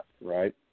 right